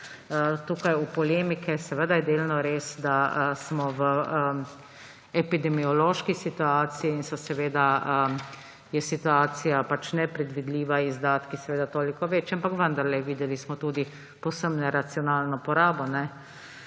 tukaj v polemike. Seveda je delno res, da smo v epidemiološki situaciji in je seveda situacija nepredvidljiva, izdatki seveda toliko večji, ampak vendarle, videli smo tudi povsem neracionalno porabo.